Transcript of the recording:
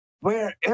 Wherever